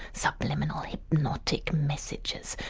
subliminal hypnotic messages,